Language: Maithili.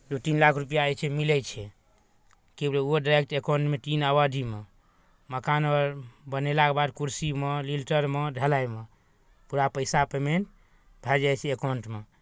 दू तीन लाख रुपैआ जे छै मिलै छै कि बुझलियै ओहो डायरेक्ट एकाउंटमे तीन अवधिमे मकान बनेलाके बाद कुरसीमे लिंटरमे ढलाइमे पूरा पैसा पेमेंट भए जाइ छै एकाउंटमे